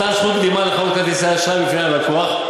מתן זכות קדימה לחברות כרטיסי אשראי בפנייה ללקוח,